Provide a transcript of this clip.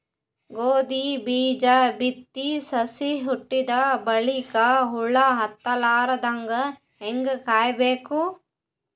ಗೋಧಿ ಬೀಜ ಬಿತ್ತಿ ಸಸಿ ಹುಟ್ಟಿದ ಬಲಿಕ ಹುಳ ಹತ್ತಲಾರದಂಗ ಹೇಂಗ ಕಾಯಬೇಕು?